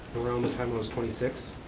around the time i was twenty six,